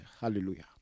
Hallelujah